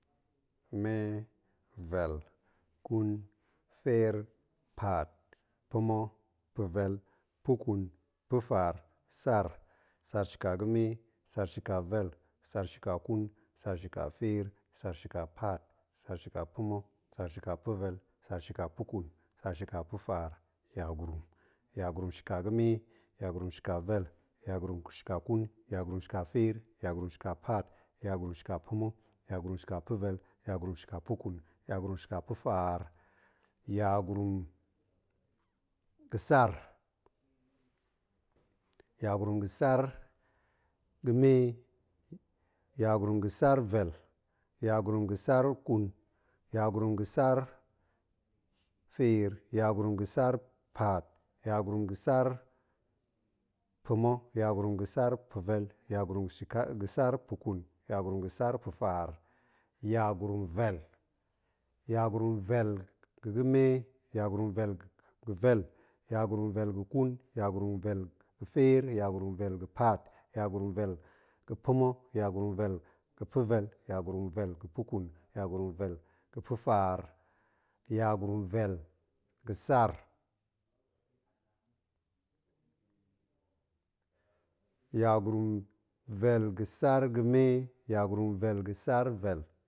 Me, vel, ƙun, feer, paat, pa̱ma̱, pa̱vel, piƙum, pa̱faar, sar. sar shƙa ga̱me, sar shiƙa vel, sar shiƙa ƙun, sar shiƙa feer, sar shiƙa paat, sar shiƙa pa̱ma̱, sar shiƙa pa̱vel, sar shiƙa puƙun, sar shiƙa pa̱faar, yagurum. yagurum shiƙa ga̱me, yagurum shiƙa vɛ, yagurum shiƙa ƙun, yagurum shiƙa feer, yagurum shiƙa paat, yagurum shiƙa pa̱ma̱, yagurum shiƙa pa̱vel, yagurum shiƙa pa̱kun, yagurum shiƙa pa̱faar, yagurum ga̱ sar. yagurum ga̱ sar ga̱me, yagurum ga̱ sar vel, yagurum ga̱ sar ƙun, yagurum ga̱ sar feer, yagurum ga̱ sar paat, yagurum ga̱ sar pa̱ma̱, yagurum ga̱ sar pa̱vel, yagurum shiƙa ga̱ sar puƙun, yagurum ga̱ sar pa̱faar, yagurum vel. yagurum vel ga̱ ga̱me, yagurum vel ga̱ vel, yagurum vel ga̱ ƙun, yagurum vel ga̱ feer, yagurum vel ga̱ paat, yagurum vel ga̱ pa̱ma̱. yagurum vel ga̱ pa̱vel, yagurum vel ga̱ puƙun, yagurum vel ga̱ pa̱faar, yagurum vel ga̱ sar. yagurum ga̱ sar ga̱me, yagurum ga̱ sar vel